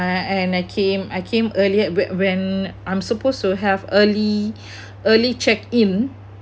and I came I came earlier when when I'm supposed to have early early check in